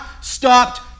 stopped